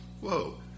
Whoa